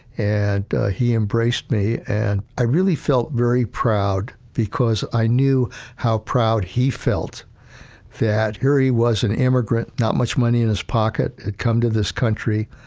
and he embraced me. and i really felt very proud, because i knew how proud he felt that, here he was, an immigrant, not much money in his pocket, come to this country,